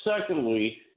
Secondly